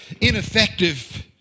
ineffective